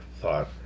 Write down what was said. thought